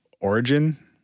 origin